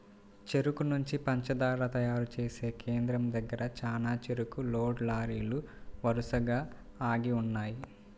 చెరుకు నుంచి పంచదార తయారు చేసే కేంద్రం దగ్గర చానా చెరుకు లోడ్ లారీలు వరసగా ఆగి ఉన్నయ్యి